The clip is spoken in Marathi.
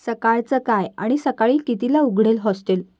सकाळचं काय आणि सकाळी कितीला उघडेल हॉस्टेल